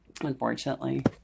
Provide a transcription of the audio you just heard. Unfortunately